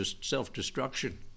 self-destruction